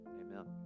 Amen